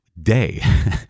day